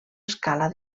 escala